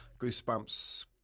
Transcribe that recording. Goosebumps